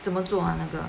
怎么做完那个